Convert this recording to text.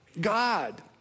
God